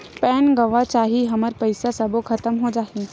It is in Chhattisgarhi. पैन गंवा जाही हमर पईसा सबो खतम हो जाही?